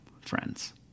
friends